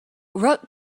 wrote